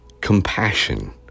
Compassion